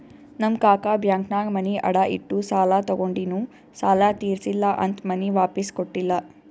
ನಮ್ ಕಾಕಾ ಬ್ಯಾಂಕ್ನಾಗ್ ಮನಿ ಅಡಾ ಇಟ್ಟು ಸಾಲ ತಗೊಂಡಿನು ಸಾಲಾ ತಿರ್ಸಿಲ್ಲಾ ಅಂತ್ ಮನಿ ವಾಪಿಸ್ ಕೊಟ್ಟಿಲ್ಲ